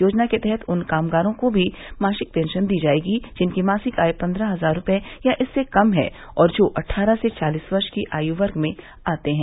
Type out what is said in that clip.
योजना के तहत उन कामगारों को भी मासिक पेंशन दी जाएगी जिनकी मासिक आय पंद्रह हजार रुपये या इससे कम है और जो अट्ठटारह से चालिस वर्ष की आयु वर्ग में आते हैं